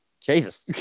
Jesus